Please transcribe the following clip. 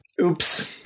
Oops